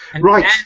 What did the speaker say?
Right